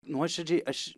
nuoširdžiai aš